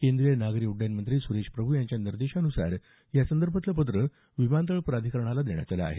केंद्रीय नागरी उड्डयन मंत्री सुरेश प्रभू यांच्या निर्देशानुसार या संदर्भातलं पत्र विमानतळ प्राधिकरणाला देण्यात आलं आहे